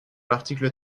l’article